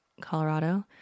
Colorado